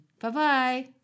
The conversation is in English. Bye-bye